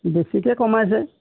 বেছিকৈ কমাইছে